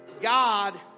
God